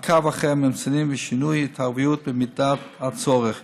מעקב אחר הממצאים ושינוי ההתערבויות במידת הצורך.